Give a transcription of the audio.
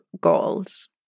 goals